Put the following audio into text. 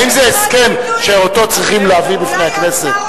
האם זה הסכם שאותו צריכים להביא בפני הכנסת?